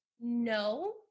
no